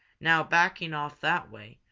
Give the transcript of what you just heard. now, backing off that way,